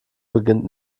beginnt